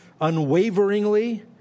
unwaveringly